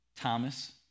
Thomas